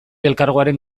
elkargoaren